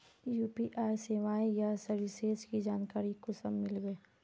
UPI सेवाएँ या services की जानकारी कुंसम मिलबे?